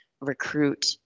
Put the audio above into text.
recruit